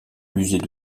musées